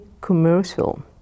commercial